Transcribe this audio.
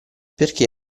perché